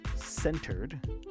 centered